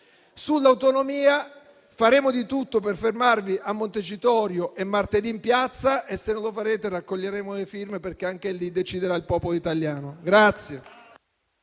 sull'autonomia faremo di tutto per fermarvi a Montecitorio e martedì in piazza, e se non lo farete, raccoglieremo le firme perché anche lì deciderà il popolo italiano.